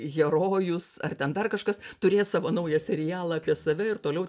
herojus ar ten dar kažkas turės savo naują serialą apie save ir toliau